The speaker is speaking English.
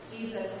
Jesus